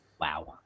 Wow